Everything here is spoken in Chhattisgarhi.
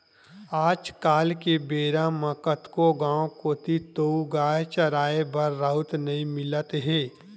आज के बेरा म कतको गाँव कोती तोउगाय चराए बर राउत नइ मिलत हे